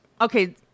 okay